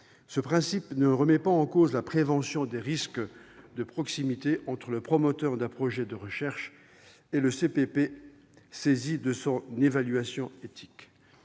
Ce principe ne remet pas en cause la prévention des risques de proximité entre le promoteur d'un projet de recherche et le CPP saisi de son évaluation éthique.